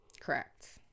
Correct